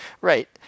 Right